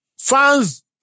Fans